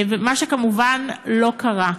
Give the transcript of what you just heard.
מה שכמובן לא קרה.